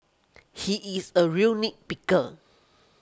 he is a real nit picker